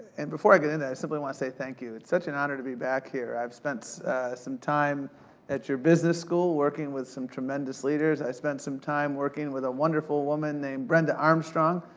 and before i get into that, i simply want to say thank you, it's such an honor to be back here. i've spent some time at your business school, working with some tremendous leaders. i spent some time working with a wonderful woman named brenda armstrong,